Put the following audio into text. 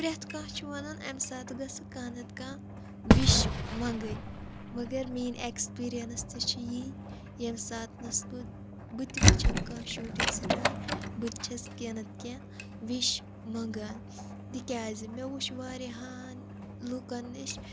پرٛٮ۪تھ کانٛہہ چھِ وَنان امہِ ساتہٕ گَژھِ کانٛہہ نَتہٕ کانٛہہ وِش مَنٛگٕنۍ مگر میٲنۍ اٮ۪کٕسپرینَس تہِ چھےٚ یِی ییٚمہِ ساتنَس بہٕ بہٕ تہِ وٕچھن کانٛہہ شوٗٹِنٛگ سِٹار بہٕ تہِ چھس کیٚنہہ نَتہٕ کیٚنہہ وِش منگان تِکیٛازِ مےٚ وٕچھ واریاہَن لُکَن نِش